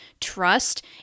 trust